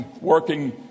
working